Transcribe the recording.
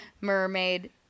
mermaid